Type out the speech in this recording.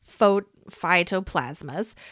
phytoplasmas